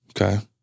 Okay